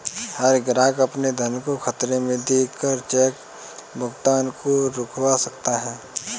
हर ग्राहक अपने धन को खतरे में देख कर चेक भुगतान को रुकवा सकता है